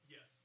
Yes